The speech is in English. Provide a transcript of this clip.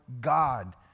God